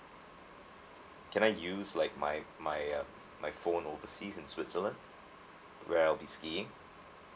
can I use like my my uh my phone overseas in switzerland where I'll be skiing